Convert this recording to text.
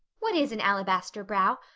what is an alabaster brow?